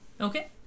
Okay